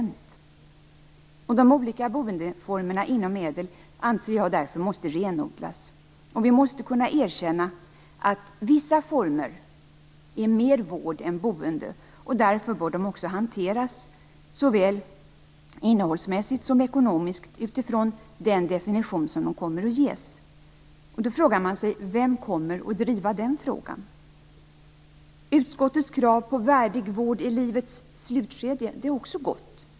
Jag anser därför att de olika boendeformerna inom ädelreformen måste renodlas, och vi måste kunna erkänna att vissa former är mer vård än boende och att de därför också bör hanteras såväl innehållsmässigt som ekonomiskt utifrån den definition som de kommer att ges. Då frågar man sig: Vem kommer att driva den frågan? Utskottets krav på värdig vård i livets slutskede är också gott.